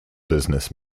business